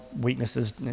weaknesses